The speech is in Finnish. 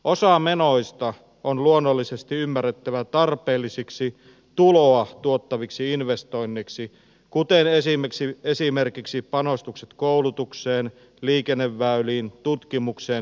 osa menoista on luonnollisesti ymmärrettävä tarpeellisiksi tuloa tuottaviksi investoinneiksi kuten esimerkiksi panostukset koulutukseen liikenneväyliin tutkimukseen tai tuotekehittelyyn